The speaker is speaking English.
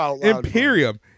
Imperium